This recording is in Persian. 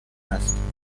است